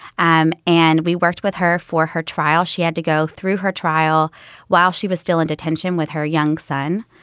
um and we worked with her for her trial. she had to go through her trial while she was still in detention with her young son.